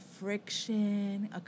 friction